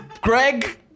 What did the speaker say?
Greg